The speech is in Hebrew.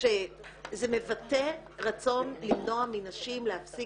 שזה מבטא רצון למנוע מנשים להפסיק